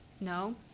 No